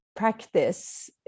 practice